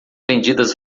vendidas